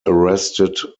arrested